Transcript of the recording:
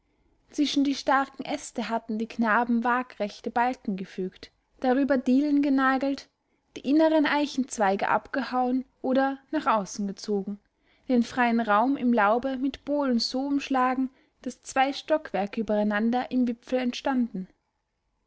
zwischen die starken äste hatten die knaben waagerechte balken gefügt darüber dielen genagelt die inneren eichenzweige abgehauen oder nach außen gezogen den freien raum im laube mit bohlen so umschlagen daß zwei stockwerke übereinander im wipfel